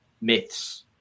myths